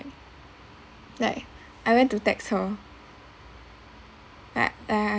like I went to text her like I